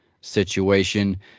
situation